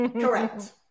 Correct